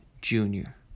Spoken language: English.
Junior